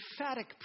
emphatic